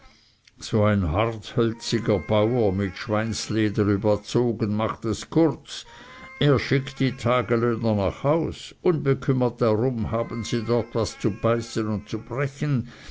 so ein harthölziger bauer mit schweinsleder überzogen macht es kurz er schickt die taglöhner nach hause unbekümmert darum haben sie dort was zu beißen und zu brechen